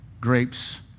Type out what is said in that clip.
grapes